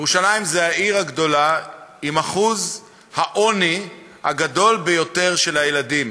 ירושלים זו העיר הגדולה עם אחוז העוני הגדול ביותר של הילדים,